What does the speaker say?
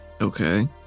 Okay